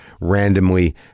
randomly